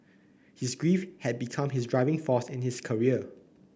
his grief had become his driving force in his career